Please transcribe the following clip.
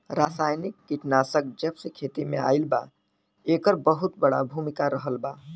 रासायनिक कीटनाशक जबसे खेती में आईल बा येकर बहुत बड़ा भूमिका रहलबा